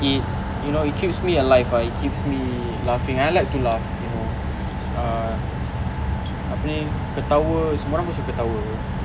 it you know it keeps me alive ah it keeps me laughing I like to laugh you know ah apa ni ketawa semua orang suka ketawa [pe]